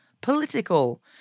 political